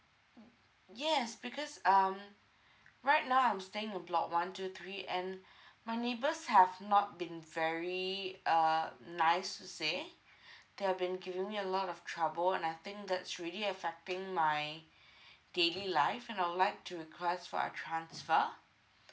mm yes because um right now I'm staying at block one two three and my neighbours have not been very uh nice to say they've been giving me a lot of trouble and I think that's really affecting my daily life and I would like to request for a transfer